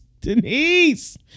Denise